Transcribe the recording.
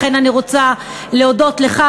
לכן אני רוצה להודות לך,